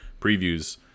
previews